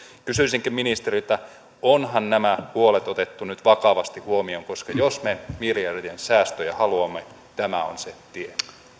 kysyisinkin ministeriltä onhan nämä huolet otettu nyt vakavasti huomioon koska jos me miljardien säästöjä haluamme tämä on se tie